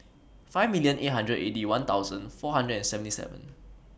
five million eight hundred and Eighty One thousand four hundred and seventy seven